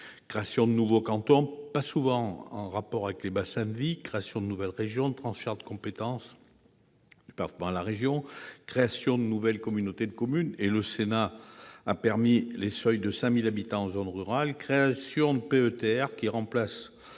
création de nouveaux cantons rarement en rapport avec les bassins de vie, la création de nouvelles régions, le transfert de compétences du département à la région, la création de nouvelles communautés de communes- le Sénat a permis de maintenir un seuil de 5 000 habitants en zone rurale -, la création des pôles